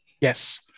Yes